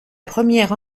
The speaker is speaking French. première